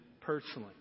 personally